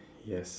yes